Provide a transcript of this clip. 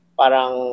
parang